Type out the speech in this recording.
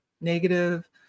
negative